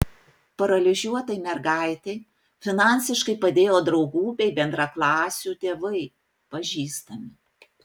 paralyžiuotai mergaitei finansiškai padėjo draugų bei bendraklasių tėvai pažįstami